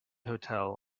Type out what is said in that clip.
hotel